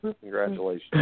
Congratulations